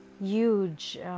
huge